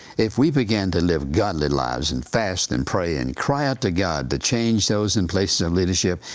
if we begin to live godly lives and fast, and pray, and cry out to god to change those in places of leadership,